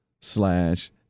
slash